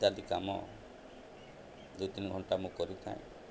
ଇତ୍ୟାଦି କାମ ଦୁଇ ତିନି ଘଣ୍ଟା ମୁଁ କରିଥାଏ